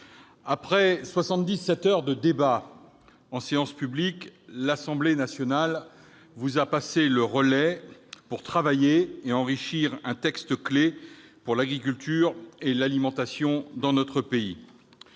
heures de débat en séance publique, l'Assemblée nationale vous a passé le relais pour travailler et enrichir un texte clé pour l'agriculture et l'alimentation dans notre pays.